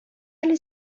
әле